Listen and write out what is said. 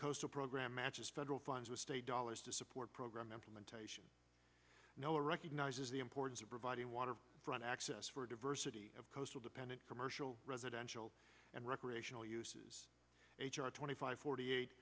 coastal program matches federal funds with state dollars to support program implementation no recognizes the importance of providing water front access for diversity of coastal dependent commercial residential and recreational uses h r twenty five forty eight